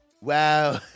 Wow